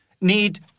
Need